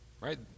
right